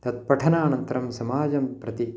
तत्पठनानन्तरं समाजं प्रति